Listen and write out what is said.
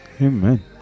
Amen